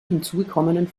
hinzugekommenen